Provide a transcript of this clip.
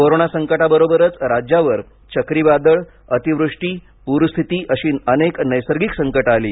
corona संकटाबरोबरच राज्यावर चक्रीवादळ अतिवृष्टी प्रस्थिती अशी अनेक नैसर्गिक संकटे आली